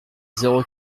zéro